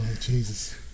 Jesus